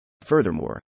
Furthermore